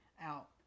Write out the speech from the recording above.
out